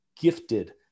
gifted